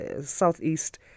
southeast